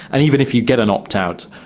and even if you get an opt-out,